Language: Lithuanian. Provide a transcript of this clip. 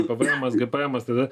pvm as gpm as tada